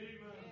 Amen